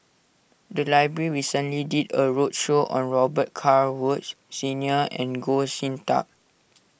the library recently did a roadshow on Robet Carr Woods Senior and Goh Sin Tub